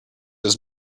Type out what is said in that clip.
his